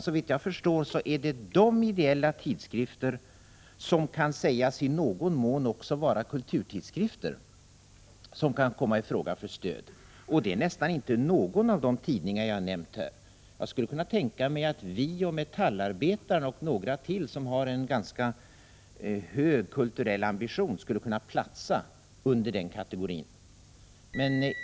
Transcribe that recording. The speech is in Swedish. Såvitt jag förstår är det de ideella tidskrifterna som i någon mån också kan sägas vara kulturtidskrifter som kan komma i fråga för stöd. Det är nästan inte någon av de tidningar jag här har nämnt. Jag skulle kunna tänka mig att Vi och Metallarbetaren och några fler som har en ganska hög kulturell ambition skulle kunna platsa i den kategorin.